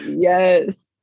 yes